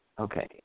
Okay